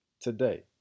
Today